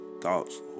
thoughts